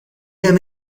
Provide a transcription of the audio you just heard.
him